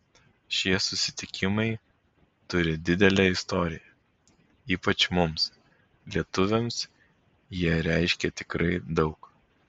šie susitikimai turi didelę istoriją ypač mums lietuviams jie reiškia tikrai daug